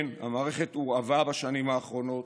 כן, המערכת הורעבה בשנים האחרונות,